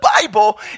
Bible